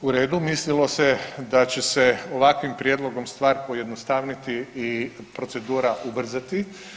U redu, mislilo se da će se ovakvim prijedlogom stvar pojednostavniti i procedura ubrzati.